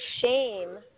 shame